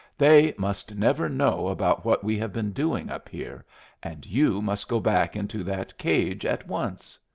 they must never know about what we have been doing up here and you must go back into that cage at once.